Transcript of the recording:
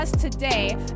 Today